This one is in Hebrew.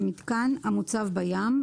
"אסדה" מיתקן המוצב בים,